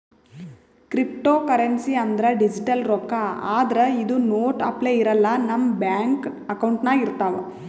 cryptocurrency ಅಂದ್ರ digital ರೊಕ್ಕಾ ಆದ್ರ್ ಇದು ನೋಟ್ ಅಪ್ಲೆ ಇರಲ್ಲ ನಮ್ ಬ್ಯಾಂಕ್ ಅಕೌಂಟ್ನಾಗ್ ಇರ್ತವ್